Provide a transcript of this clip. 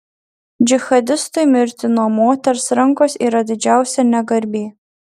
džihadistui mirti nuo moters rankos yra didžiausia negarbė